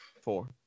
four